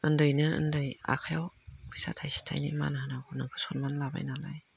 उन्दैनो उन्दै आखाइयाव फैसा थाइसे थाइनै मान होनांगौ सनमान लाबाय नालाय